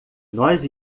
nós